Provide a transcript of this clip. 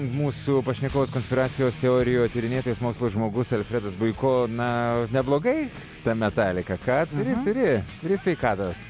mūsų pašnekovas konspiracijos teorijų tyrinėtojas mokslo žmogus alfredas buiko na neblogai ta metalika ką turi turi turi sveikatos